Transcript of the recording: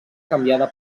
canviada